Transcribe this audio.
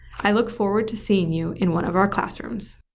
i look forward to seeing you in one of our classrooms!